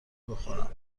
بخورم